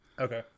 Okay